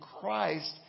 Christ